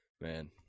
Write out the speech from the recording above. Man